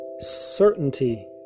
certainty